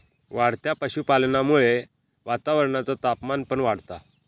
वाढत्या पशुपालनामुळा वातावरणाचा तापमान पण वाढता